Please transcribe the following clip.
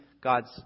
God's